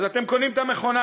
אז אתם קונים את המכונה,